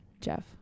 jeff